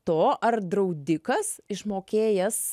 to ar draudikas išmokėjęs